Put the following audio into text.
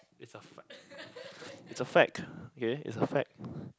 it's a fact it's a fact K it's a fact